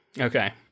okay